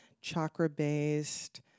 chakra-based